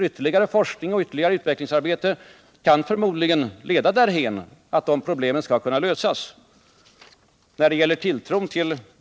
Ytterligare forskning och utvecklingsarbete kan förmodligen leda därhän att de problemen skall kunna lösas.